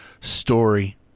story